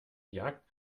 jagd